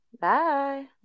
Bye